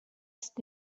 ist